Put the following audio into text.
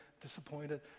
disappointed